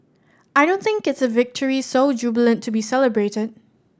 I don't think it's a victory so jubilant to be celebrated